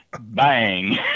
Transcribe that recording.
bang